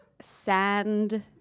sand